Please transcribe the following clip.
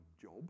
job